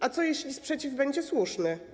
A co, jeśli sprzeciw będzie słuszny?